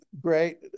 great